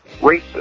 racist